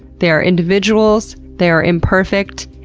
they are individuals, they are imperfect,